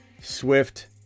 Swift